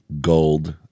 gold